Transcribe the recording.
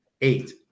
eight